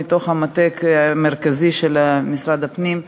מתוך המטה המרכזי של משרד הפנים,